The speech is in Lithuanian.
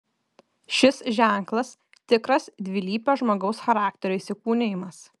šis ženklas tikras dvilypio žmogaus charakterio įsikūnijimas